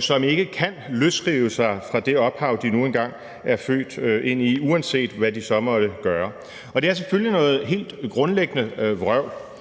som ikke kan løsrive sig fra det ophav, de nu engang er født ind i, uanset hvad de så måtte gøre. Og det er selvfølgelig helt grundlæggende noget